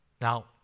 Now